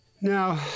Now